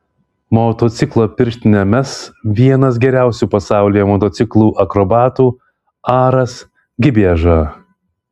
motociklo pirštinę mes vienas geriausių pasaulyje motociklų akrobatų aras gibieža